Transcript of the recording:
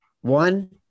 One